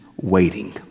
waiting